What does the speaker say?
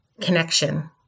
connection